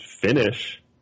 finish